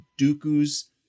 dooku's